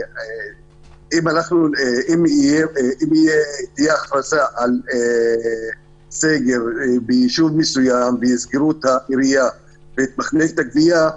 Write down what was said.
אם תהיה הכרזה על סגר ביישוב מסוים ויסגרו את העירייה ואת מחלקת הגבייה,